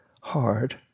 hard